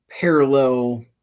parallel